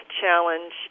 challenge